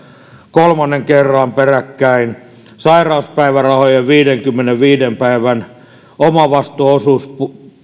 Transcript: kolmannen kerran peräkkäin sairauspäivärahojen viidenkymmenenviiden päivän omavastuuosuus